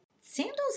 sandals